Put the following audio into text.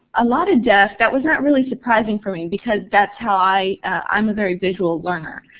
a lot of deaf, that was not really surprising for me. because that's how i i'm a very visual learner.